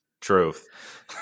Truth